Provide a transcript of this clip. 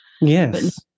Yes